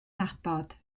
nabod